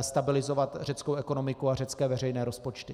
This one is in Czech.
stabilizovat řeckou ekonomiku a řecké veřejné rozpočty.